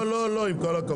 לא, לא, לא, עם כל הכבוד.